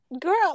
Girl